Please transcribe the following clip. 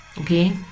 Okay